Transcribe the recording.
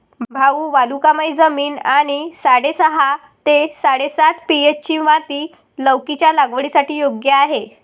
भाऊ वालुकामय जमीन आणि साडेसहा ते साडेसात पी.एच.ची माती लौकीच्या लागवडीसाठी योग्य आहे